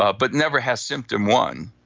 ah but never has symptom one,